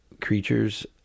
creatures